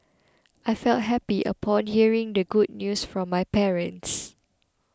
I felt happy upon hearing the good news from my parents